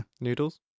Noodles